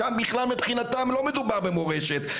שם בכלל מבחינתם לא מדובר במורשת,